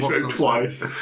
twice